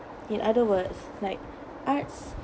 in other words like arts